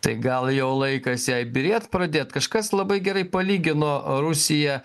tai gal jau laikas jai byrėt pradėt kažkas labai gerai palygino rusiją